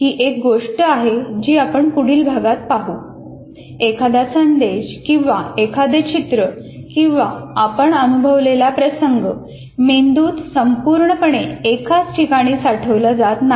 ही एक गोष्ट आहे जी आपण पुढील भागात पाहू एखादा संदेश किंवा एखादे चित्र किंवा आपण अनुभवलेला प्रसंग मेंदूत संपूर्णपणे एकाच ठिकाणी साठवला जात नाही